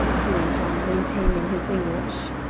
he went on, maintaining his english.